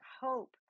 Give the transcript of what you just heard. Hope